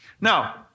Now